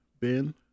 Ben